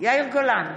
יאיר גולן,